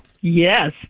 Yes